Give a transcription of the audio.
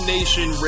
Nation